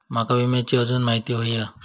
माका विम्याची आजून माहिती व्हयी हा?